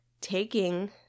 taking